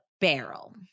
barrel